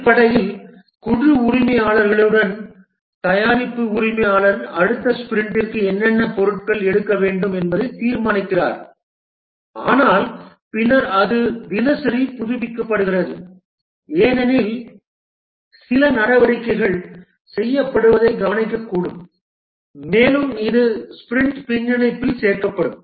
அடிப்படையில் குழு உரிமையாளர்களுடன் தயாரிப்பு உரிமையாளர் அடுத்த ஸ்பிரிண்டிற்கு என்னென்ன பொருட்கள் எடுக்க வேண்டும் என்பதைத் தீர்மானிக்கிறார் ஆனால் பின்னர் அது தினசரி புதுப்பிக்கப்படுகிறது ஏனெனில் சில நடவடிக்கைகள் செய்யப்படுவதைக் கவனிக்கக்கூடும் மேலும் இது ஸ்பிரிண்ட் பின்னிணைப்பில் சேர்க்கப்படும்